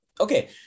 Okay